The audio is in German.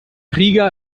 riga